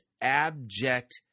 abject